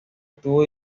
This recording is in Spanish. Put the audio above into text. obtuvo